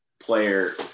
player